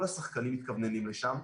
כל השחקנים מתכווננים שלם.